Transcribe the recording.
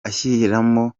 ashyiramo